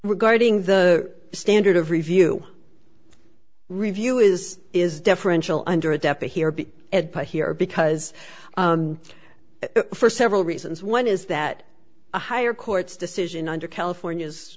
regarding the standard of review review is is deferential under a deputy here be at play here because for several reasons one is that a higher court's decision under california